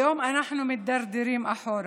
היום אנחנו מידרדרים אחורה.